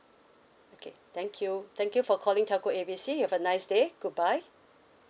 okay thank you thank you for calling telco A B C you have a nice day goodbye